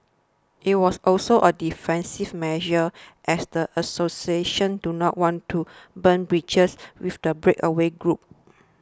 it was also a defensive measure as the association do not want to burn bridges with the breakaway group